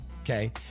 okay